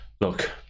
look